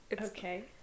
Okay